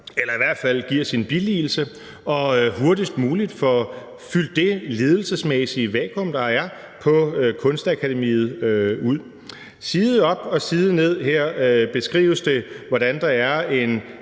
eller i hvert fald giver sin billigelse, og hurtigst muligt få fyldt det ledelsesmæssige vakuum, der er på Kunstakademiet, ud. Side op og side ned beskrives det her, hvordan der er en